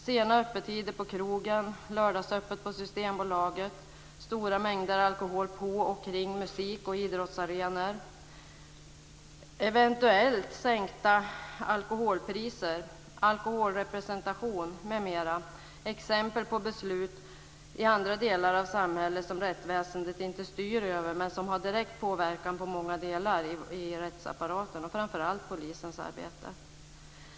Sena öppettider på krogen, lördagsöppet på Systembolaget, stora mängder alkohol på och kring musik och idrottsarenor, eventuellt sänkta alkoholpriser, alkoholrepresentation m.m. är exempel på beslut i andra delar av samhället som rättsväsendet inte styr över men som har direkt påverkan på många delar i rättsapparaten och framför allt på polisens arbete.